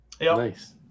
nice